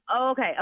Okay